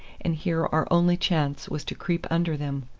and here our only chance was to creep under them,